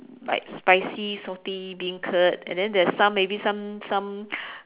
like spicy salty beancurd and then there's some maybe some some